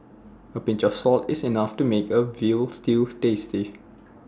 A pinch of salt is enough to make A Veal Stew tasty